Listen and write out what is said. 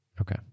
Okay